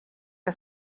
que